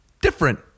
different